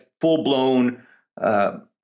full-blown